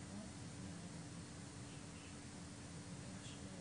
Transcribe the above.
שלפחות הצלחנו להכניס את זה